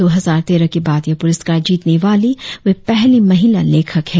दो हजार तेरह के बाद यह पुरस्कार जीतने वाली वे पहली महिला लेखक हैं